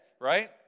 right